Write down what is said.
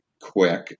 quick